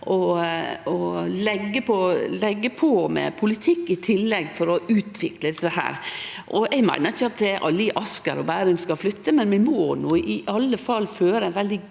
å leggje på med politikk i tillegg for å utvikle dette. Eg meiner ikkje at alle i Asker og Bærum skal flytte, men vi må iallfall føre ein veldig